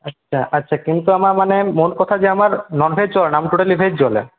আচ্ছা আচ্ছা কিন্তু আমার মানে মোট কথা যে আমার ননভেজ চলে না টোটালি ভেজ চলে